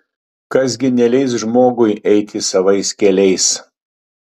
kas gi neleis žmogui eiti savais keliais